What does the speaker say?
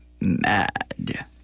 mad